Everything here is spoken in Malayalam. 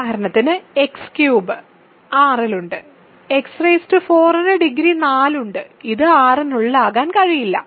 ഉദാഹരണത്തിന് x3 R ഇൽ ഉണ്ട് x4 ന് ഡിഗ്രി 4 ഉണ്ട് ഇത് R നുള്ളിൽ ആകാൻ കഴിയില്ല